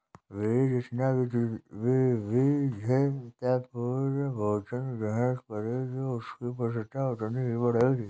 भेंड़ जितना विविधतापूर्ण भोजन ग्रहण करेगी, उसकी पुष्टता उतनी ही बढ़ेगी